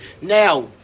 Now